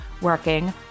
working